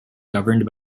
governed